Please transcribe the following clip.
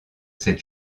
cette